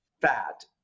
fat